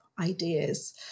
ideas